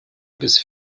bis